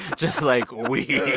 just, like, weeping.